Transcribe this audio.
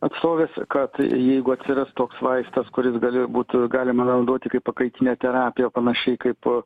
atstovės kad jeigu atsiras toks vaistas kuris gali ir būt galima naudoti kaip pakaitinę terapiją panašiai kaip